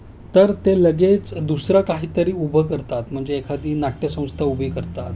तर ते लगेच दुसरं काहीतरी उभं करतात म्हणजे एखादी नाट्यसंस्था उभी करतात